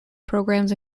programs